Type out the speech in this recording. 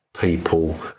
people